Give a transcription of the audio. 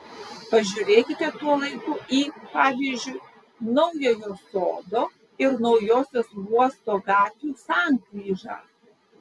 pažiūrėkite tuo laiku į pavyzdžiui naujojo sodo ir naujosios uosto gatvių sankryžą